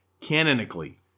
Canonically